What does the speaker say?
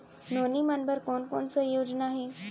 नोनी मन बर कोन कोन स योजना हे?